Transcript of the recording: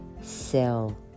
sell